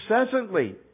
incessantly